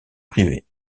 privés